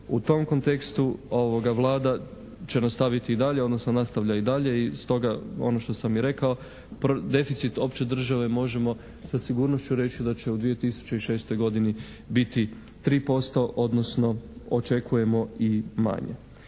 u tom kontekstu Vlada će nastaviti i dalje, odnosno nastavlja i dalje i stoga ono što sam i rekao deficit opće države možemo sa sigurnošću reći da će u 2006. godini biti 3%, odnosno očekujemo i manje.